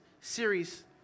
series